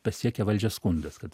pasiekia valdžią skundas kad